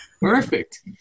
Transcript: Perfect